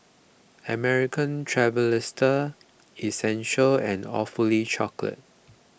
American Tourister Essential and Awfully Chocolate